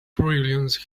brilliance